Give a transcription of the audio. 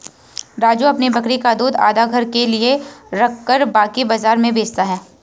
राजू अपनी बकरी का दूध आधा घर के लिए रखकर बाकी बाजार में बेचता हैं